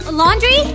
laundry